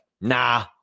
nah